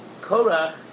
Korach